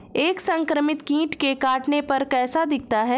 एक संक्रमित कीट के काटने पर कैसा दिखता है?